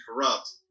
corrupt